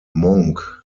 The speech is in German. monk